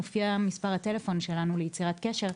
מופיע מספר הטלפון שלנו ליצירת קשר.